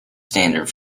standard